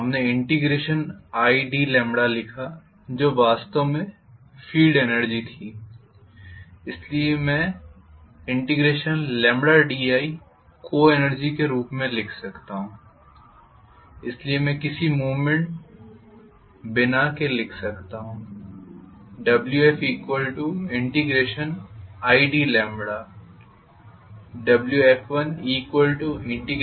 हमने id लिखा जो वास्तव में फील्ड एनर्जी थी ऊर्जा इसलिए मैं di को एनर्जी के रूप में लिख सकता हूं इसलिए मैं किसी मूवमेंट बिना के लिख सकता हूं wfid wf1di